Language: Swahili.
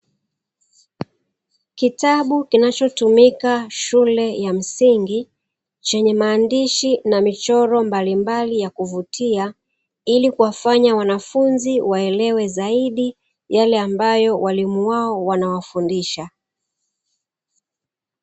Kitabu kinachotumika shule ya msingi chenye maandishi na michoro mbalimbali ya kuvutia, ili kuwafanya wanafunzi waelewe zaidi yale ambayo walimu wao wanawafundisha.